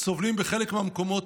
סובלים בחלק מהמקומות